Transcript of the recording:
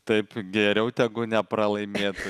taip geriau tegu nepralaimėtų